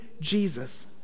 Jesus